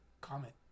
comment